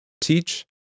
Teach